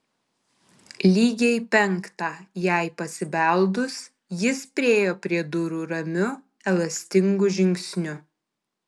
lygiai penktą jai pasibeldus jis priėjo prie durų ramiu elastingu žingsniu